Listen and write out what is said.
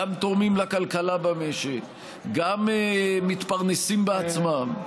גם תורמים לכלכלה במשק, גם מתפרנסים בעצמם.